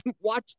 watch